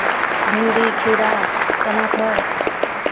भिंडी खीरा टमाटर